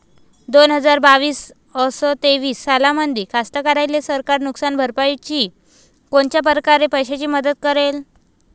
दोन हजार बावीस अस तेवीस सालामंदी कास्तकाराइले सरकार नुकसान भरपाईची कोनच्या परकारे पैशाची मदत करेन?